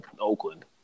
Oakland